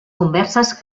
converses